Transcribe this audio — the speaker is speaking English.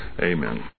Amen